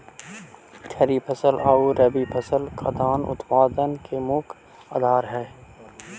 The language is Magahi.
खरीफ फसल आउ रबी फसल खाद्यान्न उत्पादन के मुख्य आधार हइ